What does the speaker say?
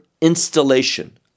installation